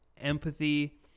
empathy